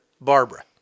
Barbara